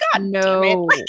no